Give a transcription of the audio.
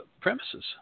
premises